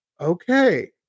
okay